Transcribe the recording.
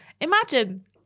Imagine